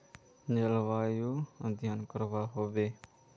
जलवायु अध्यन करवा होबे बे?